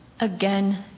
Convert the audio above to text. Again